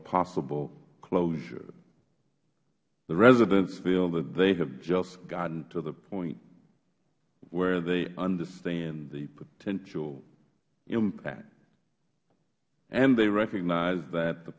possible closure the residents feel that they have just gotten to the point where they understand the potential impact and they recognize th